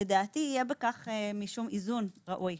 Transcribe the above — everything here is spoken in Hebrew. לדעתי יהיה בכך משום איזון ראוי.